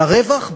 והרווח,